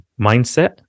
mindset